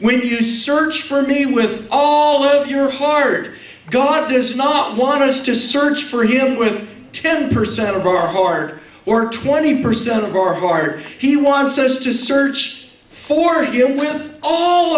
when you search for me with all your heart god does not want us to search for him with ten percent of our heart or twenty percent of our heart he wants us to search for him with all